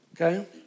okay